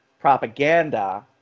propaganda